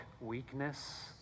weakness